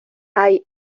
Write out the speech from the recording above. hay